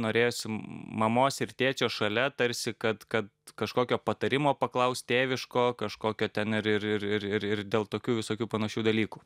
norėjosi mamos ir tėčio šalia tarsi kad kad kažkokio patarimo paklaust tėviško kažkokio ten ir ir ir ir ir dėl tokių visokių panašių dalykų